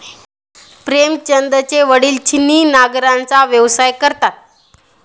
प्रेमचंदचे वडील छिन्नी नांगराचा व्यवसाय करतात